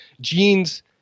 genes